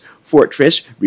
Fortress